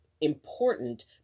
important